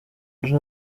nti